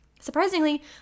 Surprisingly